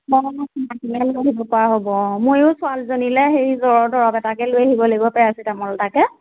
ময়ো ছোৱালীজনীলে সেই জ্বৰৰ দৰৱ এটাকে লৈ আহিব লাগিব পেৰাচিটামল এটাকে